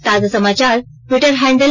ताजा समाचार Twitter handle